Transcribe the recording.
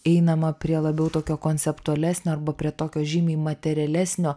einama prie labiau tokio konceptualesnio arba prie tokio žymiai materialesnio